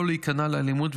לא להיכנע לאלימות,